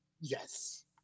Yes